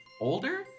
Older